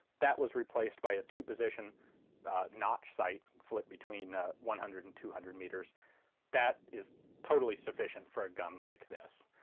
that was replaced by a two-position notch sight flip between one hundred and two hundred meters that is totally sufficient for a gun like this.